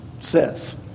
says